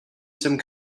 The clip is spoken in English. some